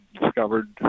discovered